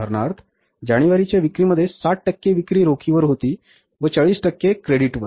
उदाहरणार्थ जानेवारीच्या विक्रीमध्ये 60 टक्के विक्री रोखीवर होती 40 टक्के क्रेडिट आहेत